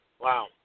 Wow